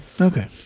Okay